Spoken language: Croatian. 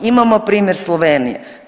Imamo primjer Slovenije.